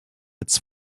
its